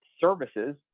services